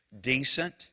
decent